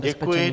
Děkuji.